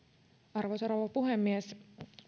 arvoisa rouva puhemies